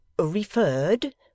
referred—